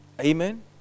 Amen